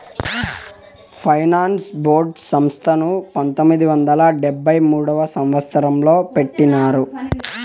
finance board సంస్థను పంతొమ్మిది వందల డెబ్భై మూడవ సంవచ్చరంలో పెట్టినారు